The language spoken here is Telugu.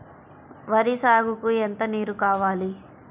వరి సాగుకు ఎంత నీరు కావాలి?